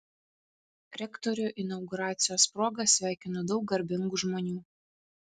rektorių inauguracijos proga sveikino daug garbingų žmonių